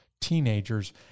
teenagers